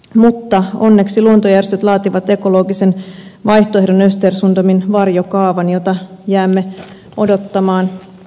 mutta onneksi luontojärjestöt laativat ekologisen vaihtoehdon östersundomin varjokaavan jota jäämme odottamaan